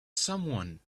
someone